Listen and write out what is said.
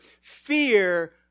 fear